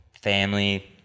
family